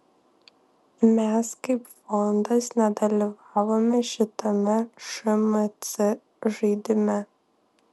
mes kaip fondas nedalyvavome šitame šmc žaidime